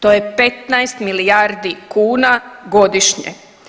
To je 15 milijardi kuna godišnje.